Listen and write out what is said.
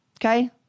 Okay